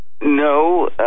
no